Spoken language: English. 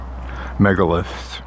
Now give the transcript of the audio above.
megaliths